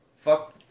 Fuck